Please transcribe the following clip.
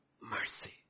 mercy